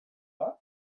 bat